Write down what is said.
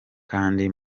kandi